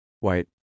White